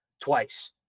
twice